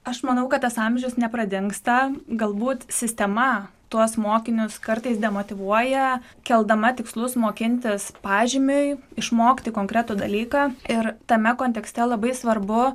aš manau kad tas amžius nepradingsta galbūt sistema tuos mokinius kartais demotyvuoja keldama tikslus mokintis pažymiui išmokti konkretų dalyką ir tame kontekste labai svarbu